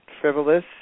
frivolous